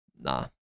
Nah